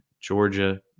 Georgia